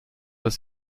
dass